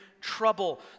Trouble